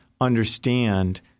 understand